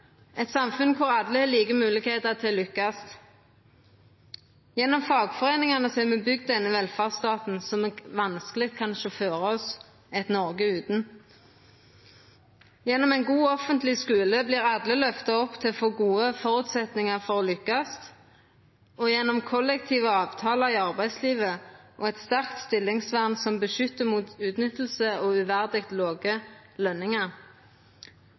eit samfunn der alle har like moglegheiter til å lykkast. Gjennom fagforeiningane har me bygt den velferdsstaten som me vanskeleg kan sjå føre oss eit Noreg utan. Gjennom ein god offentleg skule vert alle løfta opp til å få gode føresetnader for å lykkast, og gjennom kollektive avtalar i arbeidslivet og eit sterkt stillingsvern vert ein beskytta mot utnytting og uverdig låge lønningar.